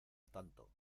tanto